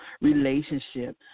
relationship